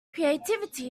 creativity